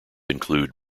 include